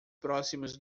próximos